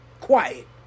Quiet